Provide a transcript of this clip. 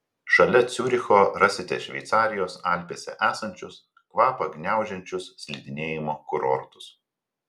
šalia ciuricho rasite šveicarijos alpėse esančius kvapą gniaužiančius slidinėjimo kurortus